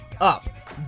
up